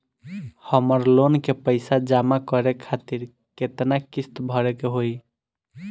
हमर लोन के पइसा जमा करे खातिर केतना किस्त भरे के होई?